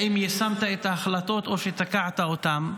האם יישמת את ההחלטות או שתקעת אותן?